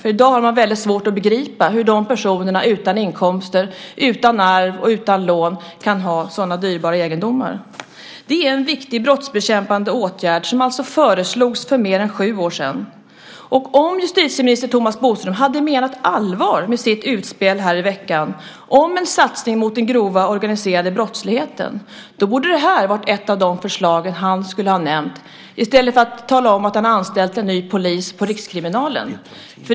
I dag har man svårt att begripa hur de personerna utan inkomster, utan arv och utan lån kan ha sådana dyrbara egendomar. Det är en viktig brottsbekämpande åtgärd som alltså föreslogs för mer än sju år sedan. Om justitieminister Thomas Bodström hade menat allvar med sitt utspel här i veckan om en satsning mot den grova organiserade brottsligheten så borde det här ha varit ett av de förslag som han skulle ha nämnt i stället för att tala om att han har anställt en ny polis på rikskriminalen.